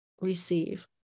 receive